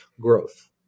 growth